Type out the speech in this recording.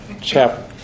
chapter